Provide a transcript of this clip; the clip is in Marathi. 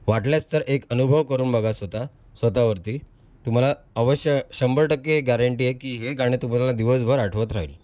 वाटल्यास तर एक अनुभव करून बघा स्वतः स्वतःवरती तुम्हाला अवश्य शंभर टक्के गॅरंटी आहे की हे गाणं तुम्हाला दिवसभर आठवत राहील